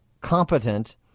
competent